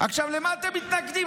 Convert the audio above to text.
למה אתם מתנגדים?